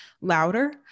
louder